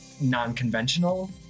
non-conventional